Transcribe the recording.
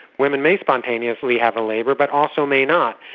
women may spontaneously have a labour but also may not.